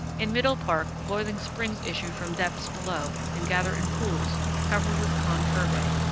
in middle park boiling springs issue from depths below and gather in pools covered with con-fervae.